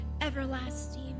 everlasting